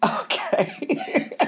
Okay